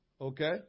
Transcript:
okay